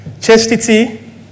chastity